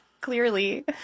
clearly